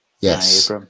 Yes